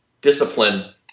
discipline